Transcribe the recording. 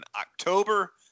October